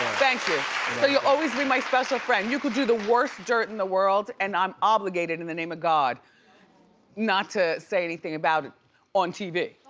thank you, so you'll always be my special friend. you could do the worst dirt in the world and i'm obligated in the name of god not to say anything about it on tv.